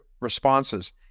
responses